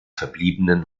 verbliebenen